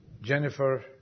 Jennifer